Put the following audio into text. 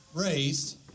raised